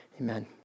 Amen